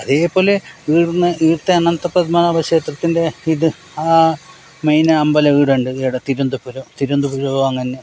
അതേപോലെ ഈട്ന്ന് ഈടുത്ത അനന്തപത്മനാഭ ക്ഷേത്രത്തിൻ്റെ ഇത് ആ മെയിൻ അമ്പലവീടുണ്ട് എടേ തിരുവനന്തപുരം തിരുവനന്തപുരമോ അങ്ങനെ